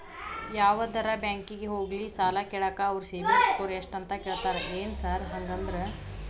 ಯಾವದರಾ ಬ್ಯಾಂಕಿಗೆ ಹೋಗ್ಲಿ ಸಾಲ ಕೇಳಾಕ ಅವ್ರ್ ಸಿಬಿಲ್ ಸ್ಕೋರ್ ಎಷ್ಟ ಅಂತಾ ಕೇಳ್ತಾರ ಏನ್ ಸಾರ್ ಹಂಗಂದ್ರ?